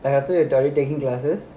and after you tell him you taking classes